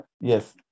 Yes